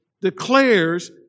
declares